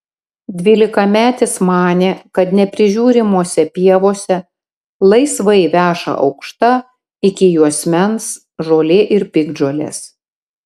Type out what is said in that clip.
dvylikametis manė kad neprižiūrimose pievose laisvai veša aukšta iki juosmens žolė ir piktžolės